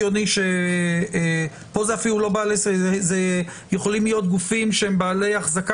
פה יכולים להיות גופים שהם בעלי החזקה